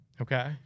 Okay